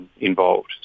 involved